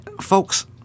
Folks